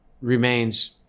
remains